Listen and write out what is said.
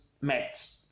met